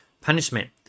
punishment